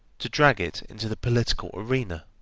to drag it into the political arena.